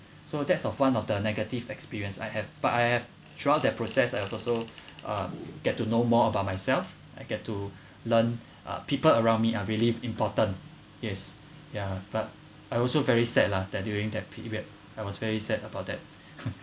so that's of one of the negative experience I have but I have throughout that process I've also uh get to know more about myself I get to learn people around me are really important yes yeah but I also very sad lah that during that period I was very sad about that